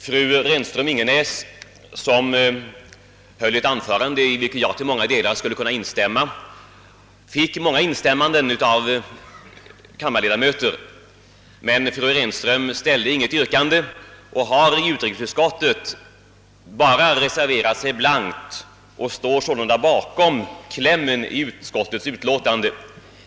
Fru Renström-Ingenäs höll ett anförande, i vilket jag till stora delar skulle kunna instämma — hon fick många instämmanden av kammarens ledamöter — men hon ställde inget yrkande och har i utrikesutskottet bara reserverat sig blankt. Hon står sålunda bakom klämmen i utskottets utlåtande.